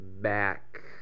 back